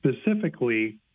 specifically